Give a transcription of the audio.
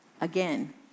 again